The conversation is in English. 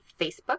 Facebook